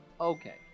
Okay